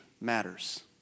matters